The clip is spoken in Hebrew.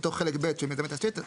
בתוך חלק ב' של מיזמי תשתית,